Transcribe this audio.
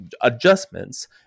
adjustments